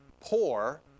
poor